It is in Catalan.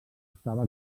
estava